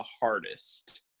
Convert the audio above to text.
hardest